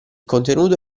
contenuto